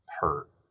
hurt